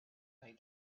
like